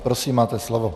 Prosím, máte slovo.